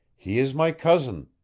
he is my cousin.